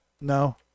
No